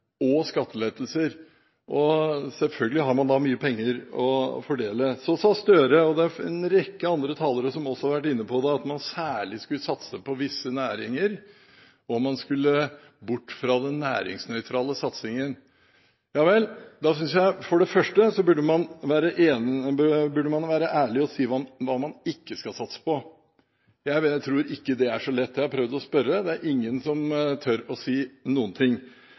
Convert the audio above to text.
og skattelettelser, og selvfølgelig har man da mye penger å fordele. Så sa Gahr Støre – og en rekke andre talere har også vært inne på det – at man særlig skulle satse på visse næringer, og man skulle bort fra den næringsnøytrale satsingen. Ja vel, da synes jeg for det første at man burde være ærlig og si hva man ikke skal satse på. Jeg tror ikke det er så lett. Jeg har prøvd å spørre, det er ingen som tør å si noen ting.